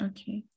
Okay